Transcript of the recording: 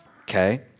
okay